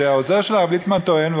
העוזר של הרב ליצמן טוען,